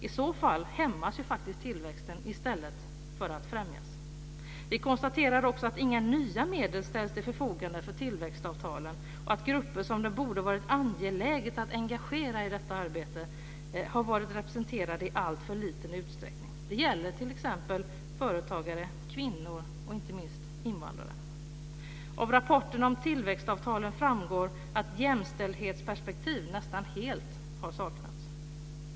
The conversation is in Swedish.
I så fall hämmas faktiskt tillväxten i stället för att främjas. Vidare konstaterar vi att inga nya medel ställs till förfogande för tillväxtavtalen och att grupper som det borde ha varit angeläget att engagera i detta arbete har varit representerade i alltför liten utsträckning. Det gäller t.ex. företagare, kvinnor och, inte minst, invandrare. Av rapporterna om tillväxtavtalen framgår att jämställdhetsperspektiv nästan helt har saknats.